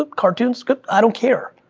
cartoons? good, i don't care.